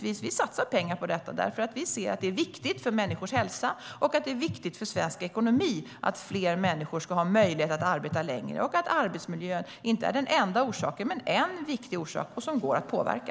Vi satsar pengar på detta därför att vi ser att det är viktigt för människors hälsa och att det är viktigt för svensk ekonomi att fler människor ska ha möjlighet att arbeta längre. Arbetsmiljön är inte den enda orsaken men en viktig orsak, och den går att påverka.